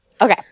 okay